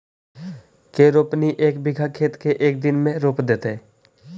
के रोपनी एक बिघा खेत के एक दिन में रोप देतै?